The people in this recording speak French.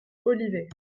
olivet